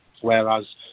whereas